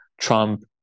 Trump